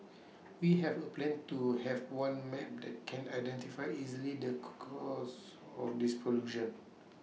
we have A plan to have one map that can identify easily the course of this pollution